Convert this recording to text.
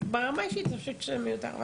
ברמה האישית אני חושבת שזה מיותר.